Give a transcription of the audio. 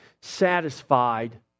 satisfied